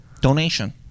Donation